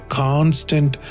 constant